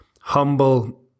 humble